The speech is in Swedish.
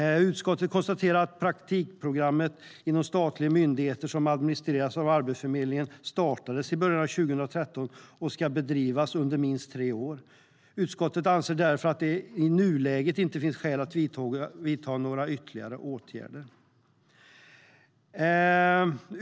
Utskottet konstaterar att det praktikprogram inom statliga myndigheter som administreras av Arbetsförmedlingen startade i början av 2013 och ska bedrivas under minst tre år. Utskottet anser därför att det i nuläget inte finns skäl att vidta några ytterligare åtgärder.